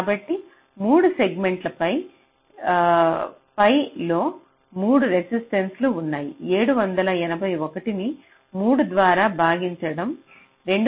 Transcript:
కాబట్టి 3 సెగ్మెంట్ పైలో 3 రెసిస్టెన్సులు ఉన్నాయి 781 ను 3 ద్వారా భాగించడం 260